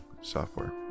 software